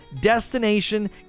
destination